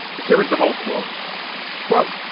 because here is the whole quote quote,